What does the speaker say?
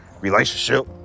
relationship